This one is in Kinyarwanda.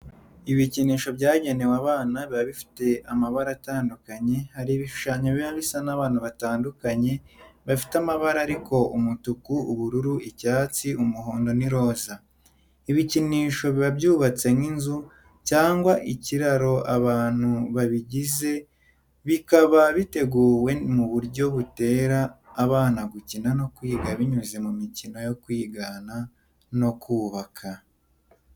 Ibikinisho byagenewe abana biba bifite amabara atandukanye, hari ibishushanyo bisa n'abantu batandukanye bafite amabara ariko umutuku, ubururu, icyatsi, umuhondo n'iroza. Ibikinisho biba byubatse nk'inzu cyangwa ikiraro cy'abantu babigize, bikaba biteguwe mu buryo butera abana gukina no kwiga binyuze mu mikino yo kwigana no kubaka.